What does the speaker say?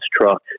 truck